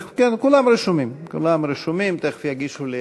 כולם רשומים, תכף יגישו לי.